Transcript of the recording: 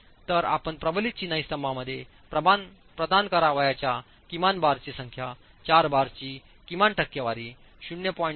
तर आपण प्रबलित चिनाई स्तंभामध्ये प्रदान करावयाच्या किमान बारांची संख्या 4 बारची किमान टक्केवारी 0